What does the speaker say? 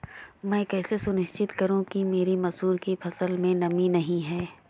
मैं कैसे सुनिश्चित करूँ कि मेरी मसूर की फसल में नमी नहीं है?